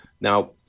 Now